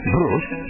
Bruce